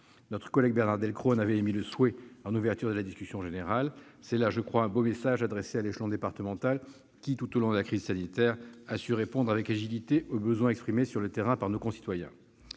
Notre collègue Bernard Delcros en avait émis le souhait en ouverture de la discussion générale. C'est là un beau message adressé à l'échelon départemental, qui, tout au long de la crise sanitaire, a su répondre avec agilité aux besoins exprimés sur le terrain par nos concitoyens.